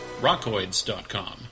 Rockoids.com